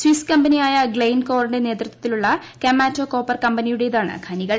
Swiss കമ്പനിയായ ഗ്ലെൻകോറിന്റെ നേതൃത്വത്തിലുള്ള കമോറ്റോ കോപ്പർ കമ്പനിയുടേതാണ് ഖനികൾ